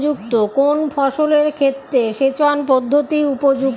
কোন ফসলের ক্ষেত্রে সেচন পদ্ধতি উপযুক্ত?